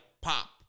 pop